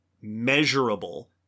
measurable